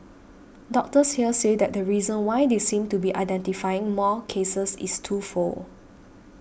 doctors here say that the reason why they seem to be identifying more cases is twofold